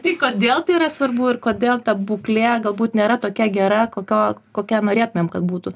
tai kodėl tai yra svarbu ir kodėl ta būklė galbūt nėra tokia gera kokio kokia norėtumėm kad būtų